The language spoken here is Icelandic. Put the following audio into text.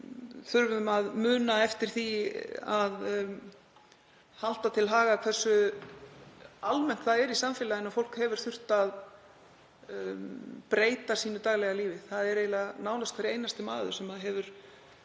þurfum að muna eftir því að halda til haga hversu almennt það er í samfélaginu að fólk hefur þurft að breyta sínu daglega lífi. Það er nánast hver einasti maður sem hefur